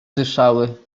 dyszały